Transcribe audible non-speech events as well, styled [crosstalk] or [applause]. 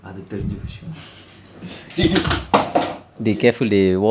அது தெரிந்த விஷயம்:athu therindtha vishayam [laughs] dey dude ok can